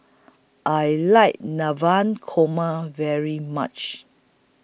I like Korma very much